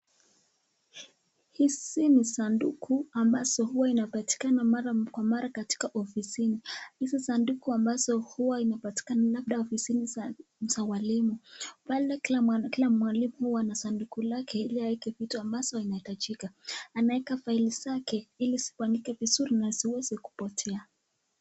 Hizi ni sanduku ambazo huwa inapatikana mara kwa mara katika ofisini, hizo sanduku ambazo huwa inapatikana labda ofisini za walimu, pale kila mwalimu ana sanduku lake ili aweke vitu ambazo zinahitajika. Ameweka faili zake ili zipangike vizuri na isiweze kupotea.